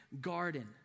garden